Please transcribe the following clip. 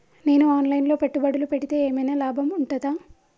నేను online లో పెట్టుబడులు పెడితే ఏమైనా లాభం ఉంటదా?